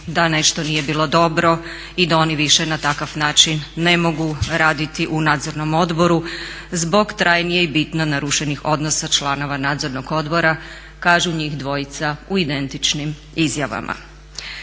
da nešto nije bilo dobro i da oni više na takav način ne mogu raditi u Nadzornom odboru zbog trajnije i bitno narušenih odnosa članova Nadzornog odbora kažu njih dvojica u identičnim izjavama.